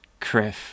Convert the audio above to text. Criff